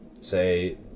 say